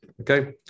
Okay